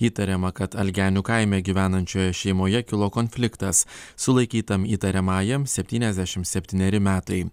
įtariama kad algenių kaime gyvenančioje šeimoje kilo konfliktas sulaikytam įtariamajam septyniasdešim septyneri metai